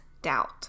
doubt